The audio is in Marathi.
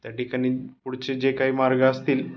त्या ठिकाणी पुढचे जे काही मार्ग असतील